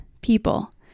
people